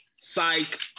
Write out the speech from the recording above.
psych